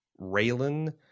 Raylan